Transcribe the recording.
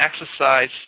exercise